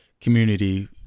community